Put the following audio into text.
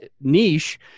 niche